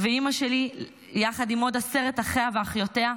ואימא שלי, יחד עם עשרת אחיה ואחיותיה,